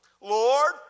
Lord